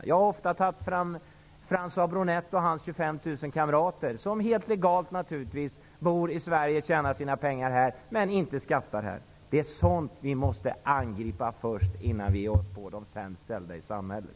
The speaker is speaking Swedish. Jag har ofta tagit fram François Bronett och hans 25 000 kamrater, som helt legalt, naturligtvis, bor i Sverige och tjänar sina pengar här, men inte skattar här. Det är sådant vi måste angripa innan vi ger oss på de sämst ställda i samhället.